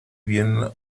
bien